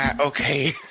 Okay